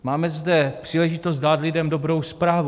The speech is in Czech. Máme zde příležitost dát lidem dobrou zprávu.